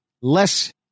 less